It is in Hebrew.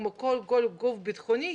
כמו כל גוף ביטחוני,